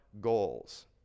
goals